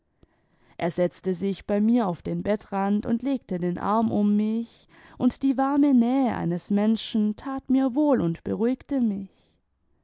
er setzte sich bei mir auf den bettrand und legte den arm um mich und die warme nähe eines menschen tat mir wohl und beruhigte mich